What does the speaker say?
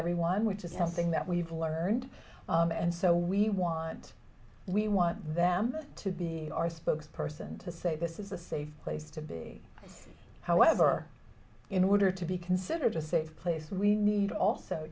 everyone which is something that we've learned and so we want we want them to be our spokes person to say this is a safe place to be however in order to be considered a safe place we need also